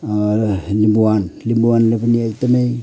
लिम्बुवान लिम्बूवानले पनि एकदमै